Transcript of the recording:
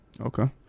Okay